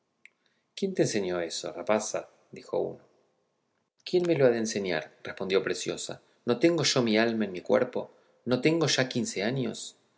quién te enseña eso rapaza dijo uno quién me lo ha de enseñar respondió preciosa no tengo yo mi alma en mi cuerpo no tengo ya quince años